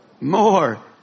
More